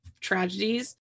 tragedies